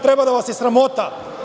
Treba da vas je sramota.